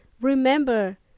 Remember